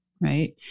Right